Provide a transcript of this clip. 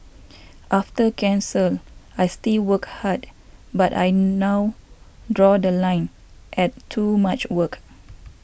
after cancer I still work hard but I now draw The Line at too much work